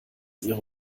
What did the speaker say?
ihre